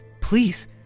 please